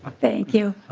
ah thank you